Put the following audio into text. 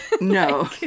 No